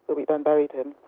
but we then buried him.